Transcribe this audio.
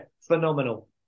phenomenal